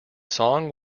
song